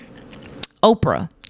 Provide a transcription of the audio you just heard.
Oprah